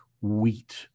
wheat